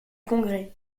congrès